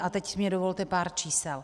A teď mi dovolte pár čísel.